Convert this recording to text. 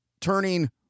turning